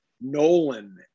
Nolan